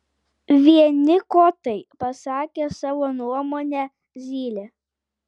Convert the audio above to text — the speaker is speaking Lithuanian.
vieni kotai pasakė savo nuomonę zylė